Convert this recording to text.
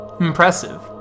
Impressive